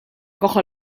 cojo